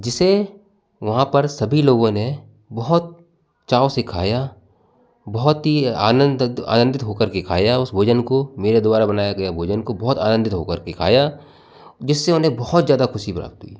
जिसे वहाँ पर सभी लोगों ने बहुत चाव से खाया बहुत ही आनंद आनंदित होकर के खाया है उस भोजन को मेरे द्वारा बनाया गया भोजन को बहुत आनंदित होकर के खाया जिससे उन्हें बहुत ज़्यादा ख़ुशी प्राप्त हुई